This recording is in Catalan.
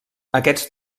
aquests